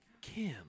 Kim